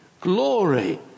Glory